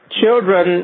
children